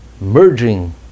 merging